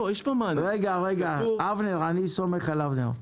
אני סומך על אבנר.